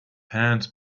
hands